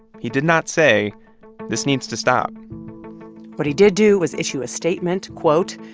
he did not say this needs to stop what he did do was issue a statement. quote,